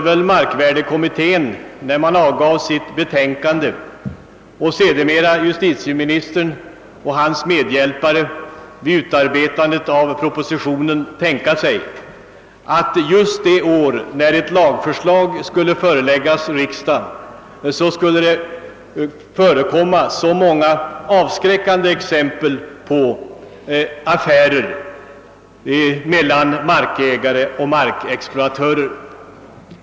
När markvärdekommittén avgav sitt betänkande och när sedermera justitieministern och hans medhjälpare utarbetade propositionen till kommunal förköpsrätt kunde de väl knappast tänka sig, att det just det år då detta lagförslag förelades riksdagen skulle förekomma så många avskräckande exempel på affärer mellan markägare och markexploatörer.